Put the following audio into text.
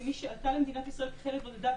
כמי שעלתה למדינת ישראל כחיילת בודדה,